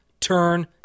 turn